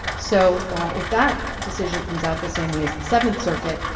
so if that decision comes out the same way as the seventh circuit,